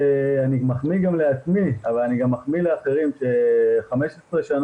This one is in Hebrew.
אני מחמיא לעצמי אבל אני מחמיא גם לאחרים ש-15 השנים